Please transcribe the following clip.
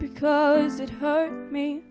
because it hurt me